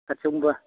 खाथियावनोबा